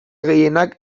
gehienak